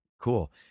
Cool